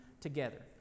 together